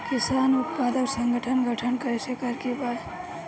किसान उत्पादक संगठन गठन कैसे करके बा?